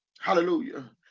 Hallelujah